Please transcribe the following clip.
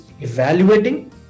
evaluating